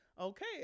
Okay